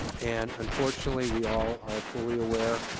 and unfortunately we all are fully aware,